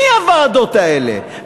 מי הוועדות האלה?